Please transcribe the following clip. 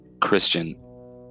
Christian